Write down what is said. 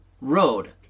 road